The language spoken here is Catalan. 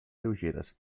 lleugeres